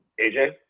AJ